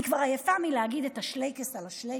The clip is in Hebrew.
אני כבר עייפה מלהגיד את השלייקעס על השלייקעס,